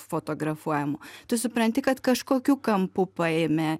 fotografuojamu tu supranti kad kažkokiu kampu paėmė